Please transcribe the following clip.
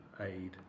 aid